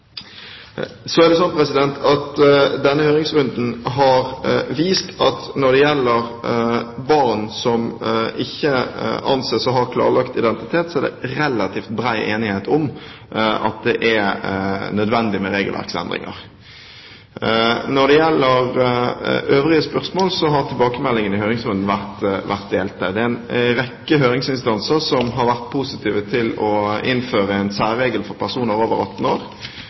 Denne høringsrunden har vist at når det gjelder barn som ikke anses å ha klarlagt identitet, er det relativt bred enighet om at det er nødvendig med regelverksendringer. Når det gjelder øvrige spørsmål, har tilbakemeldingene i høringsrunden vært delte. Det er en rekke høringsinstanser som har vært positive til å innføre en særregel for personer over 18 år.